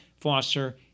foster